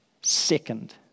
second